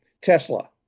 Tesla